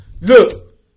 look